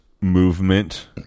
movement